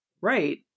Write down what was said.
right